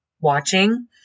watching